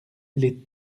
les